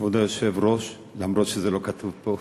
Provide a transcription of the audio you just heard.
כבוד היושב-ראש, למרות שזה לא כתוב פה,